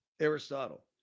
Aristotle